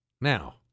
Now